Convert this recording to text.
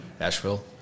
Asheville